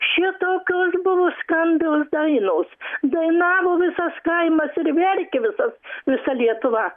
šitokios buvo skambios dainos dainavo visas kaimas ir verkė visas visa lietuva